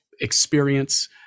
experience